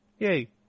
Yay